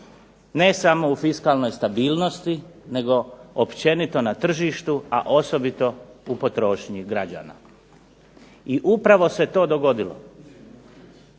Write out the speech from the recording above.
ne samo u fiskalnoj stabilnosti nego općenito na tržištu, a osobito u potrošnji građana i upravo se to dogodilo.